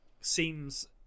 seems